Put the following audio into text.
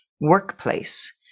workplace